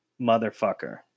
motherfucker